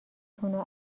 تون